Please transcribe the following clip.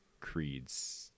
creeds